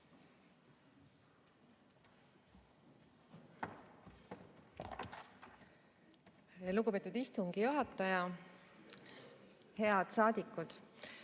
Lugupeetud istungi juhataja! Head saadikud!